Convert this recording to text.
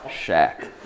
shack